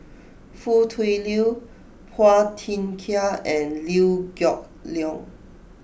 Foo Tui Liew Phua Thin Kiay and Liew Geok Leong